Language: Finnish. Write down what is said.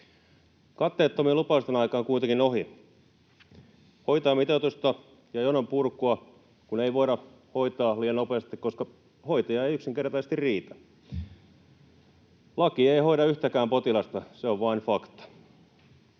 Katteettomien lupausten aika on kuitenkin ohi, hoitajamitoitusta ja jonon purkua kun ei voida hoitaa nopeasti, koska hoitajia ei yksinkertaisesti riitä. Laki ei hoida yhtäkään potilasta, se on vain fakta.